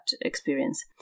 experience